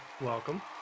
welcome